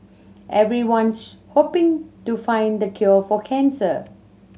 everyone's hoping to find the cure for cancer